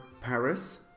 Paris